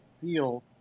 feel